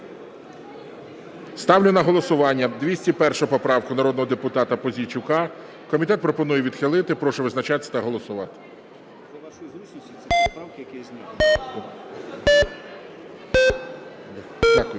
Ставлю на голосування 201 поправку народного депутата Пузійчука. Комітет пропонує відхилити. Прошу визначатись та голосувати.